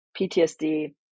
PTSD